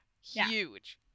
Huge